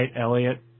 Elliott